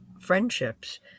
friendships